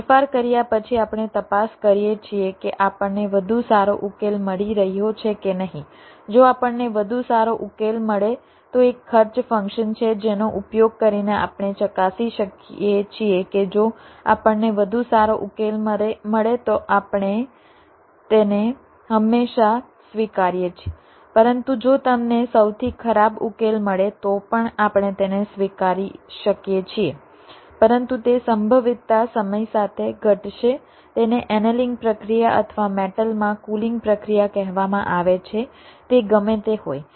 ફેરફાર કર્યા પછી આપણે તપાસ કરીએ છીએ કે આપણને વધુ સારો ઉકેલ મળી રહ્યો છે કે નહીં જો આપણને વધુ સારો ઉકેલ મળે તો એક ખર્ચ ફંક્શન છે જેનો ઉપયોગ કરીને આપણે ચકાસી શકીએ છીએ કે જો આપણને વધુ સારો ઉકેલ મળે તો આપણે તેને હંમેશા સ્વીકારીએ છીએ પરંતુ જો તમને સૌથી ખરાબ ઉકેલ મળે તો પણ આપણે તેને સ્વીકારી શકીએ છીએ પરંતુ તે સંભવિતતા સમય સાથે ઘટશે તેને એનેલિંગ પ્રક્રિયા અથવા મેટલમાં કુલિંગ પ્રક્રિયા કહેવામાં આવે છે તે ગમે તે હોય